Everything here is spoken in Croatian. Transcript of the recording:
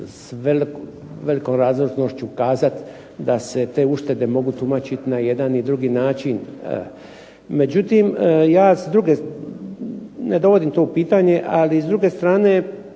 s velikom razložnošću kazati da se te uštede mogu tumačiti na jedan i drugi način. Međutim, ja s druge, ne vodim to u pitanje, ali s druge strane